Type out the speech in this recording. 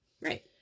Right